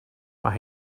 mae